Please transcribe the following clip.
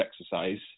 exercise